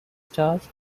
starts